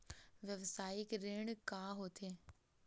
व्यवसायिक ऋण का होथे?